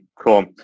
cool